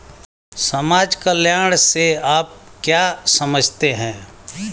समाज कल्याण से आप क्या समझते हैं?